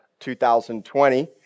2020